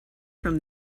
from